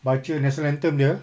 baca national anthem dia